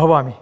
भवामि